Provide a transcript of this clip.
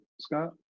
Scott